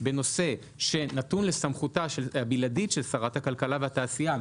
בנושא שנתון לסמכותה הבלעדית של שרת הכלכלה והתעשייה,